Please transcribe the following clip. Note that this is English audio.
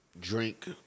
drink